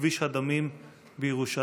כביש הדמים בירושלים.